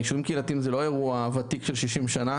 היישובים הקהילתיים זה לא אירוע ותיק של 60 שנים,